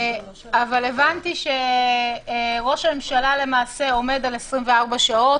אבל הבנתי שראש הממשלה למעשה עומד על 24 שעות.